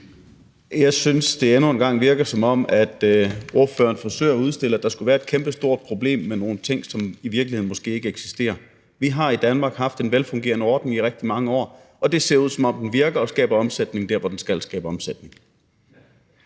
Jeg tænker, at det endnu en gang virker, som om ordføreren forsøger at fremstille det, som om der skulle være et kæmpestort problem med nogle ting, som i virkeligheden måske ikke eksisterer. Vi har i Danmark haft en velfungerende ordning i rigtig mange år, og det ser ud, som om den virker og skaber omsætning dér, hvor den skal skabe omsætning.